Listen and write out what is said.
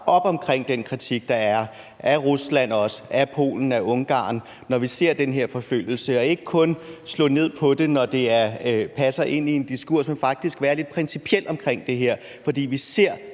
op omkring den kritik, der er af Rusland og også af Polen og Ungarn, når vi ser den her forfølgelse, og ikke kun slå ned på det, når det passer ind i en diskurs, men faktisk være lidt principiel omkring det her. For vi ser